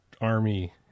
Army